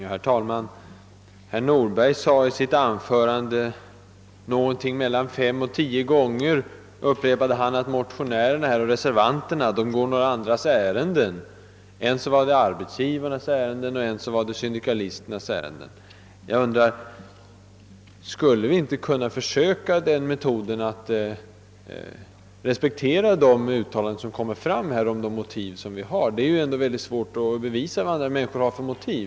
Herr talman! Herr Nordberg upprepade mellan fem och tio gånger i sitt anförande, att motionärerna och reservanterna går andras ärenden — än var det arbetsgivarnas ärenden, än syndikalisternas. Skulle vi inte kunna försöka tillämpa den metoden, att vi respekterar varandras uttalanden om våra motiv? Det är ju ändå mycket svårt att bevisa vad andra människor har för motiv.